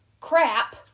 crap